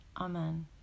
Amen